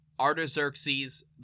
Artaxerxes